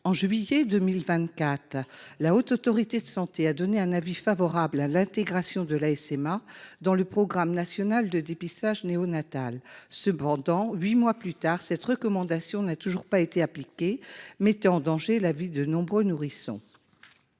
En juillet 2024, la Haute Autorité de santé (HAS) a émis un avis favorable sur l’intégration de la SMA dans le programme national de dépistage néonatal. Or, huit mois plus tard, cette recommandation n’a toujours pas été appliquée, mettant en danger la vie de nombreux nourrissons.